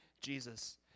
Jesus